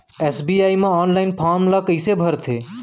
SBI म online form ल कइसे भरथे?